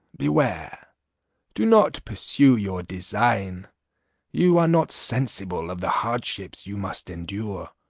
beware do not pursue your design you are not sensible of the hardships you must endure.